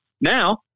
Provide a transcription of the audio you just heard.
Now